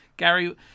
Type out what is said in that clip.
Gary